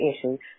issues